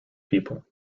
people